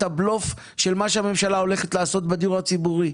הבלוף של מה שהממשלה הולכת לעשות בדיור הציבורי.